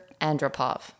Andropov